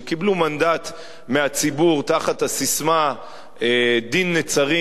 שקיבלו מנדט מהציבור תחת הססמה "דין נצרים